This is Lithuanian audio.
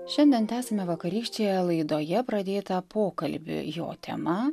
šiandien tęsiame vakarykščiąją laidoje pradėtą pokalbį jo tema